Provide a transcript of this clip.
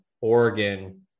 Oregon